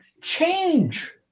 change